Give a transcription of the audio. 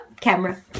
camera